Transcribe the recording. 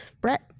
Brett